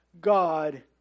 God